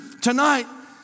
tonight